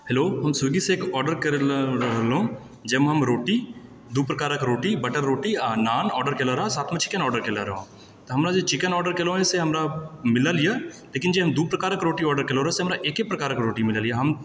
hello हम स्विग्गीसँ एगो ऑर्डर करने रहौं जाहि मे हम रोटी दू प्रकारक रोटी बटर रोटी आ नान ऑर्डर केले रहौं साथ मे चिकेन ऑर्डर केले रहौं तऽ हमरा जे चिकेन ऑर्डर केले रहौं से हमरा मिलल यऽ लेकिन जे हम दू प्रकारक रोटी ऑर्डर केले रहौं से हमरा एके प्रकारक रोटी मिलल यऽ हम